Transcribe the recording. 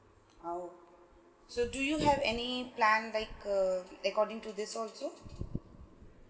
oh so do you have any plan like uh according to this also